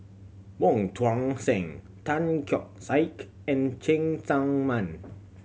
Wong Tuang Seng Tan Keong Saik and Cheng Tsang Man